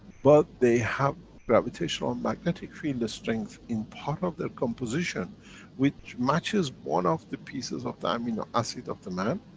but they have gravitational and magnetic i mean field strength in part of the composition which matches one of the pieces of the amino acid of the man.